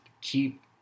keep